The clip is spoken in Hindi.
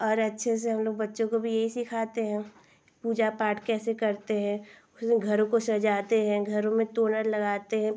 और अच्छे से हमलोग बच्चों को भी यही सिखाते हैं पूजा पाठ कैसे करते हैं उस दिन घरों को सजाते हैं घरों में तोरण लगाते हैं